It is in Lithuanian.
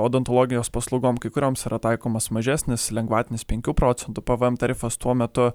odontologijos paslaugom kai kurioms yra taikomas mažesnis lengvatinis penkių procentų pvm tarifas tuo metu